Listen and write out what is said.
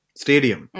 stadium